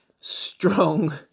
strong